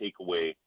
takeaway